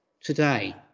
today